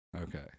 okay